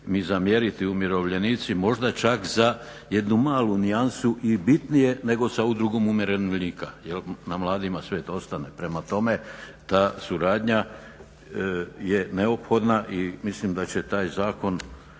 mi zamjeriti umirovljenici, možda čak za jednu malu nijansu i bitnije nego sa Udrugom umirovljenika, jer na mladima svijet ostaje. Prema tome ta suradnja je neophodna i mislim da će taj zakon